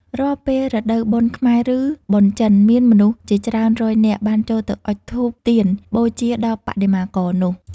រាល់ពេលរដូវបុណ្យខ្មែរ ឬបុណ្យចិន មានមនុស្សជាច្រើនរយនាក់ បានចូលទៅអុជធូបទៀនបូជាដល់បដិមាករនោះ។